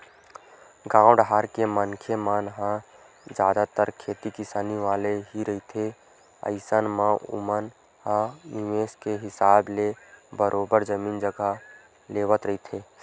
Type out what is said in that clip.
गाँव डाहर के मनखे मन ह जादतर खेती किसानी वाले ही रहिथे अइसन म ओमन ह निवेस के हिसाब ले बरोबर जमीन जघा लेवत रहिथे